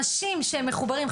אנשים שמחוברים,